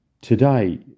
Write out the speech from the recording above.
today